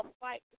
fight